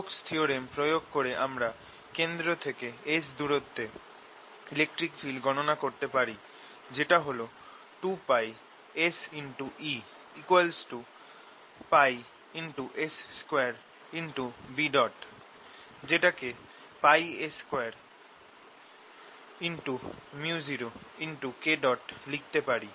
Stokes theorem প্রয়োগ করে আমরা কেন্দ্র থেকে S দূরত্বে ইলেকট্রিক ফিল্ড গণনা করতে পারি যেটা হল 2πSE πS2B যেটাকে S2µ0K লিখতে পারি